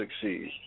succeed